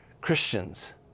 Christians